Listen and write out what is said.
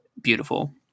beautiful